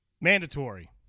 Mandatory